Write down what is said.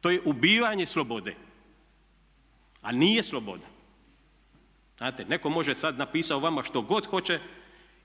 to je ubivanje slobode, a nije sloboda. Znate, netko može sad napisat o vama što god hoće,